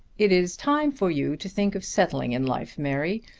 it is time for you to think of settling in life, mary.